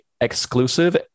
exclusive